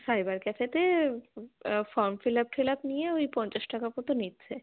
cyber ক্যাফেতে form fill up ঠিলাপ নিয়ে ওই পঞ্চাশ টাকা মতো নিচ্ছে